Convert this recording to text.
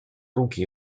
руки